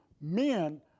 men